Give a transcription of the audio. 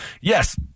Yes